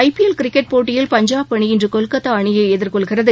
IPL cricket போட்டியில் பஞ்சாப் அணி இன்று கொல்கத்தா அணியை எதிர்கொள்கிறது